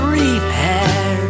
repair